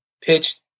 pitch